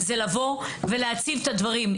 זה לבוא ולהציב את הדברים.